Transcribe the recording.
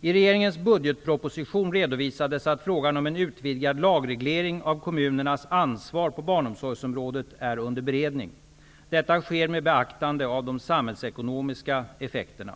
I regeringens budgetproposition redovisades att frågan om en utvidgad lagreglering av kommunernas ansvar på barnomsorgsområdet är under beredning. Detta sker med beaktande av de samhällsekonomiska effekterna.